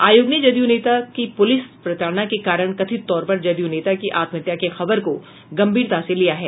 आयोग ने जदयू नेता की पुलिस प्रताड़ना के कारण कथित तौर पर जदयू नेता की आत्महत्या की खबर को गंभीरता से लिया है